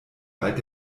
bald